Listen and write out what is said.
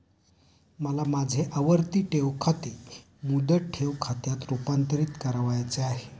मला माझे आवर्ती ठेव खाते मुदत ठेव खात्यात रुपांतरीत करावयाचे आहे